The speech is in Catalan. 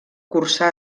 cursà